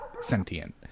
sentient